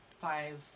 five